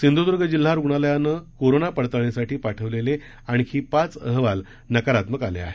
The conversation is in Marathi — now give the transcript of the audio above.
सिंधुदुर्ग जिल्हा रुग्णालयानं कोरोना पडताळणीसाठी पाठवलेले आणखी पाच आहवाल नकारात्मक आले आहेत